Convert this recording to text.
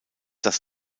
das